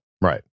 Right